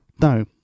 No